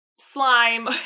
slime